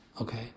Okay